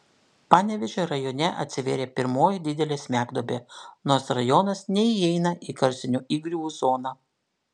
panevėžio rajone atsivėrė pirmoji didelė smegduobė nors rajonas neįeina į karstinių įgriuvų zoną